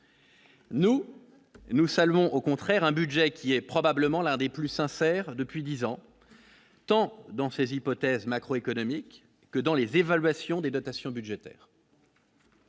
nous nous saluons au contraire un budget qui est probablement l'un des plus sincères depuis 10 ans tant dans ces hypothèses macro- que dans les évaluations des dotations budgétaires.